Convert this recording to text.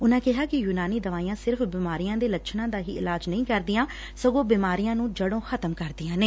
ਉਨਾ ਕਿਹਾ ਕਿ ਯੁਨਾਨੀ ਦਵਾਈਆ ਸਿਰਫ਼ ਬਿਮਾਰੀਆ ਦੇ ਲੱਛਣਾ ਦਾ ਹੀ ਇਲਾਜ ਹੀ ਨਹੀ ਕਰਦੀਆ ਸਗੋ ਬਿਮਾਰੀਆ ਨੂੰ ਜੜੋ ਂ ਖ਼ਤਮ ਕਰਦੀਆ ਨੇ